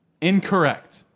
Incorrect